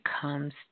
comes